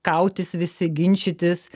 kautis visi ginčytis